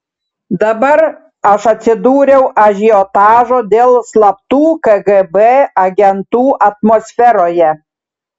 dabar aš atsidūriau ažiotažo dėl slaptų kgb agentų atmosferoje